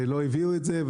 לא הביאו את זה,